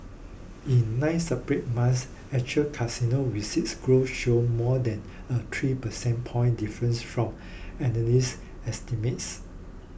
in nine separate months actual casino receipts growth showed more than a three percentage point difference from analyst estimates